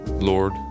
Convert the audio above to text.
Lord